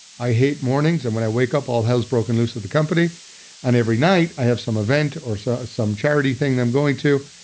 i hate mornings and when i wake up, all hell's broken loose at the company and every night, i have some event or so some charity thing i'm going to.